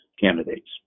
candidates